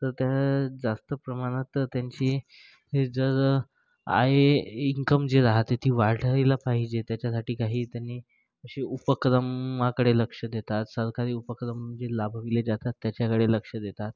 तर त्या जास्त प्रमाणात तर त्यांची जर आय इन्कम जी राहते ती वाढायला पाहिजे त्याच्यासाठी काही त्यांनी असे उपक्रमाकडे लक्ष देतात सरकारी उपक्रम जे लाभविले जातात त्याच्याकडे लक्ष देतात